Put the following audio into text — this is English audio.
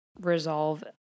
resolve